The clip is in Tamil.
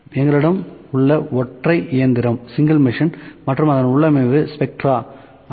எங்களிடம் உள்ள ஒற்றை இயந்திரம் மற்றும் அதன் உள்ளமைவு ஸ்பெக்ட்ரா 5